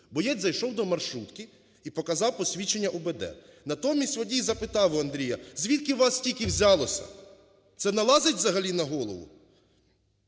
Боєць зайшов до маршрутки і показав посвідчення УБД. Натомість водій запитав у Андрія: "Звідки вас стільки взялося?" Це налазить взагалі на голову?